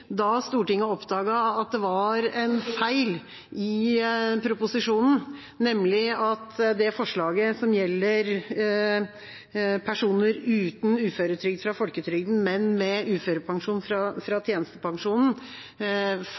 Da Stortinget oppdaget at det var en feil i proposisjonen ved det forslaget som gjelder ny samordningsregel for personer uten uføretrygd fra folketrygden, men med uførepensjon fra tjenestepensjonen,